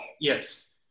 Yes